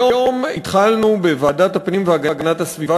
היום התחלנו בוועדת הפנים והגנת הסביבה